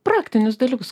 praktinius dalykus